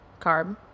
carb